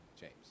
James